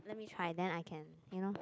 let me try then I can you know